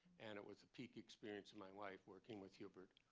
and it was a peak experience of my life, working with hubert